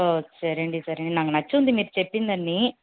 okay సరే అండి సరే అండి నాకు నచ్చింది మీరు చెప్పింది అన్ని